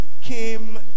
came